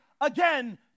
again